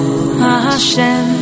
Hashem